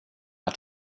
hat